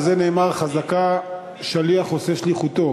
על זה נאמר: "חזקה, שליח עושה שליחותו".